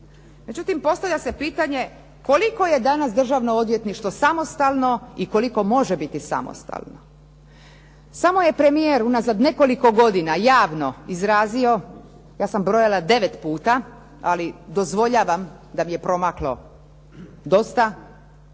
Međutim, postavlja se pitanje koliko je danas državno odvjetništvo samostalno i koliko može biti samostalno. Samo je premijer unazad nekoliko godina javno izrazio, ja sam brojala devet puta, ali dozvoljavam da mi je promaklo dosta